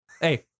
Hey